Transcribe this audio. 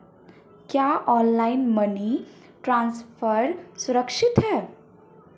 क्या online money transfer सुरक्षित है?